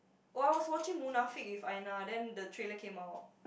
while I was watching munafik with Ainah then the trailer came out